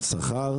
שכר